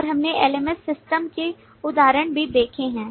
और हमने LMS system के उदाहरण भी देखे हैं